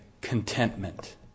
contentment